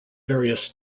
various